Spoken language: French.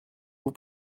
vous